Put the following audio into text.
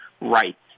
rights